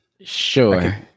Sure